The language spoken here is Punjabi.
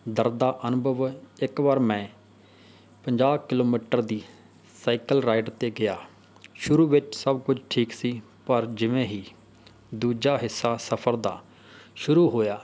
ਦਰਦ ਦਾ ਅਨੁਭਵ ਇੱਕ ਵਾਰ ਮੈਂ ਪੰਜਾਹ ਕਿਲੋਮੀਟਰ ਦੀ ਸਾਈਕਲ ਰਾਈਡ 'ਤੇ ਗਿਆ ਸ਼ੁਰੂ ਵਿੱਚ ਸਭ ਕੁਝ ਠੀਕ ਸੀ ਪਰ ਜਿਵੇਂ ਹੀ ਦੂਜਾ ਹਿੱਸਾ ਸਫਰ ਦਾ ਸ਼ੁਰੂ ਹੋਇਆ